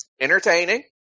Entertaining